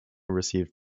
received